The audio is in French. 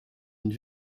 une